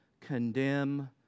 condemn